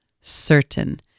certain